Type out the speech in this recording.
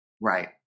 Right